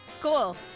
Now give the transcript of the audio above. Cool